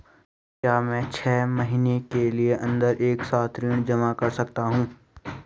क्या मैं छः महीने के अन्दर एक साथ ऋण जमा कर सकता हूँ?